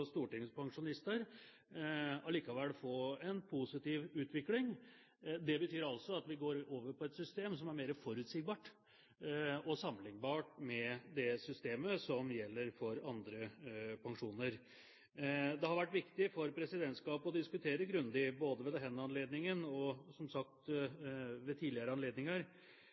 Stortingets pensjonister likevel få en positiv utvikling. Det betyr at vi går over til et system som er mer forutsigbart og sammenliknbart med det systemet som gjelder for andre pensjoner. Det har vært viktig for presidentskapet å diskutere grundig både ved denne anledningen og, som sagt, ved